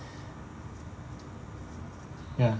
ya